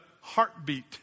heartbeat